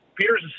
Peter's